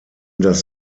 das